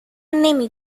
نمی